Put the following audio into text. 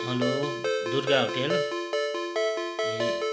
hello Durga hotel A